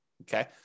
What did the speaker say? Okay